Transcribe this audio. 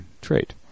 trait